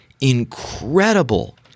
incredible